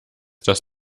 dass